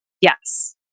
Yes